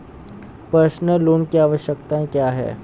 Personal loan की आवश्यकताएं क्या हैं?